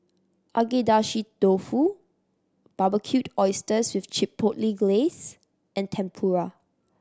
Agedashi Dofu Barbecued Oysters with Chipotle Glaze and Tempura